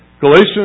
Galatians